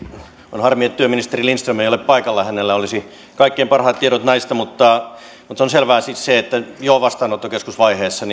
on harmi että työministeri lindström ei ole paikalla hänellä olisi kaikkein parhaat tiedot näistä on selvää siis se että jo vastaanottokeskusvaiheessa